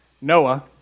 Noah